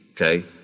okay